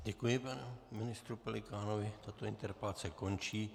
Děkuji panu ministru Pelikánovi, tato interpelace končí.